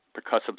percussive